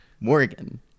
Morgan